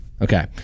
Okay